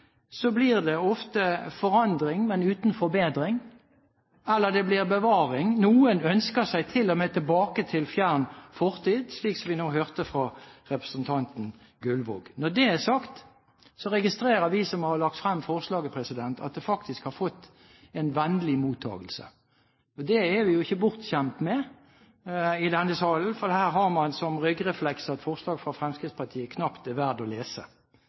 så blir det ofte forandring, men uten forbedring, eller det blir bevaring. Noen ønsker seg til og med tilbake til fjern fortid, slik vi nå hørte fra representanten Gullvåg. Når det er sagt, registrerer vi som har lagt frem forslaget, at det faktisk har fått en vennlig mottakelse. Det er vi jo ikke bortskjemt med i denne salen, for her har man som ryggrefleks at forslag fra Fremskrittspartiet knapt er verdt å lese.